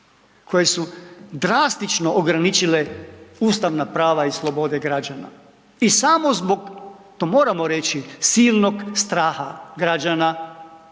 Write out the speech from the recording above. koje su drastično ograničile ustavna prava i slobode građana. I samo zbog, to moramo reći, silnog straha građana